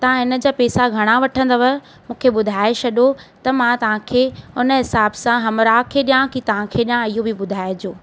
तव्हां हिन जा पैसा घणा वठंदव मूंखे ॿुधाए छॾियो त मां तव्हांखे उन हिसाब सां हमराह खे ॾिया की तव्हांखे ॾिया इहो बि ॿुधाइजो